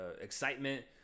excitement